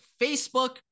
Facebook